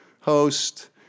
host